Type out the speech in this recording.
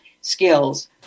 skills